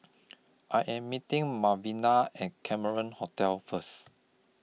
I Am meeting Malvina At Cameron Hotel First